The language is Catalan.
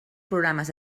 programes